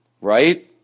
Right